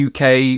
UK